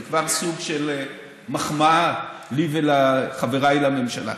זה כבר סוג של מחמאה לי ולחבריי לממשלה.